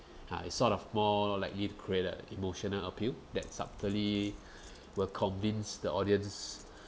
ya it's sort of more likely to create a emotional appeal that subtly will convince the audience